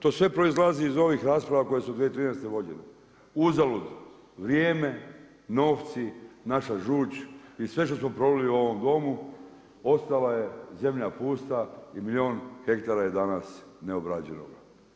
To sve proizlazi iz ovih rasprava koje su 2013. godine. uzalud vrijeme, novci, naša žuč i sve se to prolilo u ovom Domu, ostala je zemlja pusta i milijuna hektara je danas neobrađenoga.